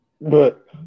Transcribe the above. But-